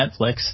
netflix